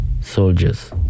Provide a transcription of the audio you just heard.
soldiers